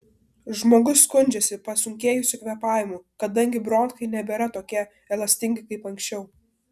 žmogus skundžiasi pasunkėjusiu kvėpavimu kadangi bronchai nebėra tokie elastingi kaip anksčiau